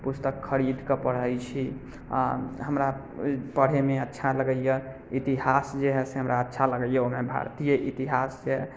पुस्तक खरीद कऽ पढै छी आओर हमरा पढ़ैमे अच्छा लगैए इतिहास जे हय से हमरा अच्छा लगैए ओना भारतीय इतिहाससँ